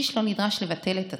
איש לא נדרש לבטל את עצמו.